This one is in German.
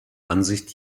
ansicht